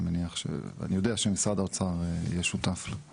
ואני יודע שמשרד האוצר יהיה שותף לה.